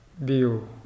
view